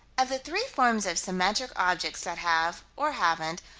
of the three forms of symmetric objects that have, or haven't,